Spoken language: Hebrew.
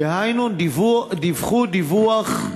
דהיינו דיווחו דיווח,